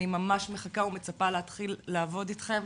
אני ממש מחכה ומצפה להתחיל לעבוד איתכם,